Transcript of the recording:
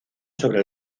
sobre